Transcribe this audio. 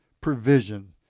provision